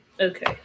Okay